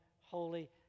holy